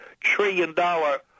trillion-dollar